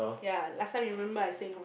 yeah last time your remember I stay in